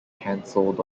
cancelled